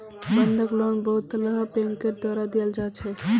बंधक लोन बहुतला बैंकेर द्वारा दियाल जा छे